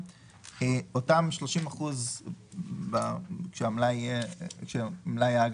שמחקים את מסלול ברירת המחדל שבו יש הכי הרבה כסף